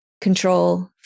control